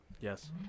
Yes